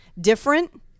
different